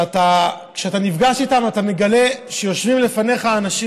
כשאתה נפגש איתם אתה מגלה שיושבים לפניך אנשים,